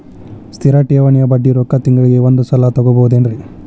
ಸ್ಥಿರ ಠೇವಣಿಯ ಬಡ್ಡಿ ರೊಕ್ಕ ತಿಂಗಳಿಗೆ ಒಂದು ಸಲ ತಗೊಬಹುದೆನ್ರಿ?